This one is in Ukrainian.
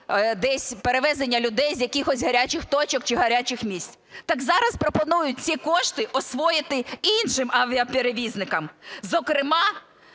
десь перевезення людей з якихось гарячих точок чи гарячих місць. Так зараз пропонують ці кошти освоїти іншим авіаперевізникам, зокрема